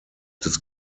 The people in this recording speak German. des